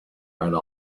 man